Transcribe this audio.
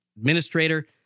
administrator